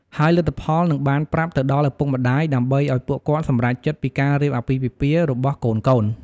ហើយលទ្ធផលនឹងបានប្រាប់ទៅដល់ឪពុកម្តាយ ដើម្បីឲ្យពួកគាត់សម្រេចចិត្តពីការរៀបអាពាហ៍ពិពាហ៍របស់កូនៗ។